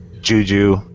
juju